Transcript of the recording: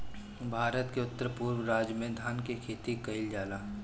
भारत के उत्तर पूरब राज में धान के खेती कईल जाला